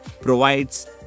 provides